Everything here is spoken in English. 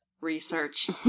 research